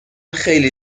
خیلی